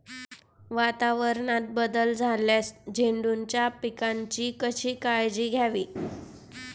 वातावरणात बदल झाल्यास झेंडूच्या पिकाची कशी काळजी घ्यावी?